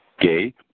Gay